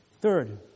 Third